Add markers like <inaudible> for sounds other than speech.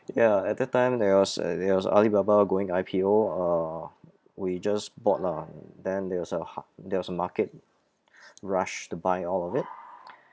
ya at that time there was uh there was alibaba going I_P_O uh we just bought lah then there was a ha~ there was a market <noise> rush to buy all of it